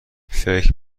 فکر